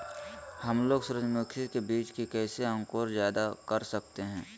हमलोग सूरजमुखी के बिज की कैसे अंकुर जायदा कर सकते हैं?